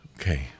Okay